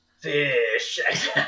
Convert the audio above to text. Fish